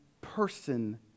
person